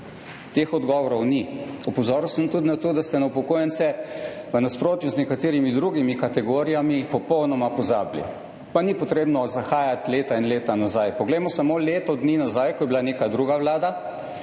Teh odgovorov ni. Opozoril sem tudi na to, da ste na upokojence v nasprotju z nekaterimi drugimi kategorijami popolnoma pozabili, pa ni potrebno zahajati leta in leta nazaj, poglejmo samo leto dni nazaj, ko je bila neka druga vlada